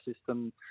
system